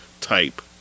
type